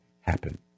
happen